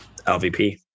LVP